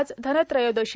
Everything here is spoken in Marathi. आज धनत्रयोदशी